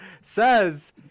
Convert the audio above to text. says